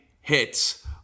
hits